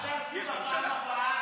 מה תעשי בפעם הבאה,